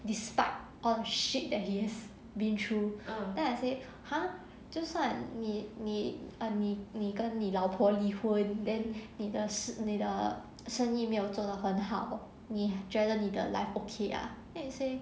despite the hardship that he went through then I say !huh! 就算你你你跟你老婆离婚 then 你的你的生意没有做得很好你觉得你的 life okay ah then he say